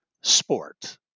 sport